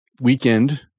weekend